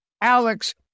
Alex